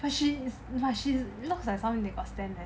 but she but she look like someone who got stand eh